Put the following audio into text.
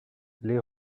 les